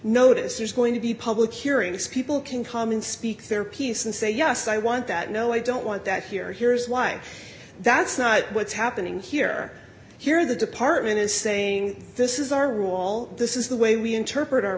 notice there's going to be public hearing these people can come and speak their piece and say yes i want that no i don't want that here here's why that's not what's happening here here the department is saying this is our wall this is the way we interpret